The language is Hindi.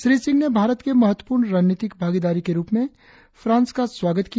श्री सिंह ने भारत के महत्वपूर्ण रणनीतिक भागीदारी के रुप में फ्रांस का स्वागत किया